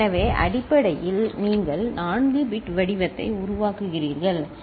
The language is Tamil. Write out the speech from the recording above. எனவே அடிப்படையில் நீங்கள் 4 பிட் வடிவத்தை உருவாக்குகிறீர்கள் சரி